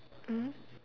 mmhmm